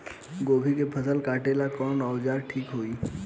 गोभी के फसल काटेला कवन औजार ठीक होई?